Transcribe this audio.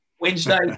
Wednesday